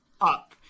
up